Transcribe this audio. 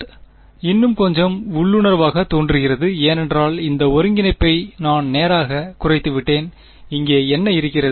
இந்த ரூட் இன்னும் கொஞ்சம் உள்ளுணர்வாகத் தோன்றுகிறது ஏனென்றால் அந்த ஒருங்கிணைப்பை நான் நேராகக் குறைத்துவிட்டேன் இங்கே என்ன இருக்கிறது